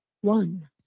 one